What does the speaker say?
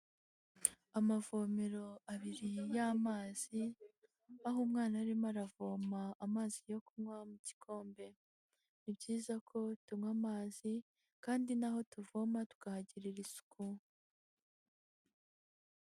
Amavomero abiri y'amazi, aho umwana arimo aravoma amazi yo kunywa mu gikombe, ni byiza ko tunywa amazi kandi n'aho tuvoma tukahagirira isuku.